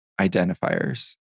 identifiers